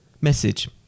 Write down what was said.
Message